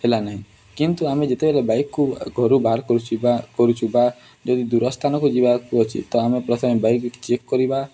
ହେଲା ନାହିଁ କିନ୍ତୁ ଆମେ ଯେତେବେଳେ ବାଇକ୍କୁ ଘରୁ ବାହାର କରୁଛୁ ବା କରୁଛୁ ବା ଯଦି ଦୂର ସ୍ଥାନକୁ ଯିବାକୁ ଅଛି ତ ଆମେ ପ୍ରଥମେ ବାଇକ୍ ଚେକ୍ କରିବା